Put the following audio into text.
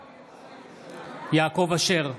בעד יעקב אשר,